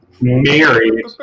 married